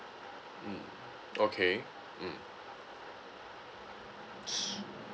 mm okay mm